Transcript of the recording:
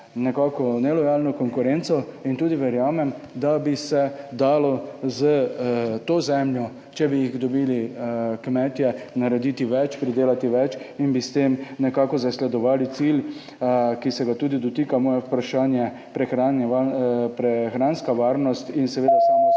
nelojalno konkurenco. Verjamem tudi, da bi se dalo s to zemljo, če bi jo dobili kmetje, narediti več, pridelati več in bi s tem nekako zasledovali cilj, ki se ga tudi dotika moje vprašanje – prehranska varnost in seveda samooskrba